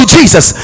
Jesus